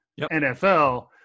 NFL